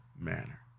manner